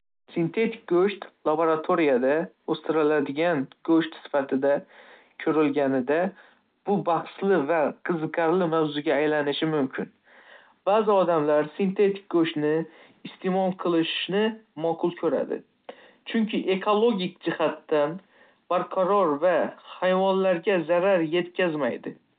Sintetik go'sht laboratoriyada o'stiriladigan go'sht sifatida ko'rilganida, bu bahsli va qiziqarli mavzuga aylanishi mumkin. Ba'zi odamlar sintetik go'shtni iste'mol qilishni ma'qul ko'radi, chunki u ekologik jihatdan barqaror va hayvonlarga zarar yetkazmaydi.